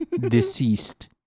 Deceased